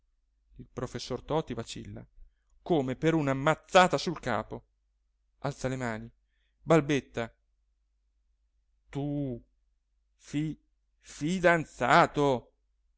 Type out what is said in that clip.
il professor toti vacilla come per una mazzata sul capo alza le mani balbetta tu fi fidanzato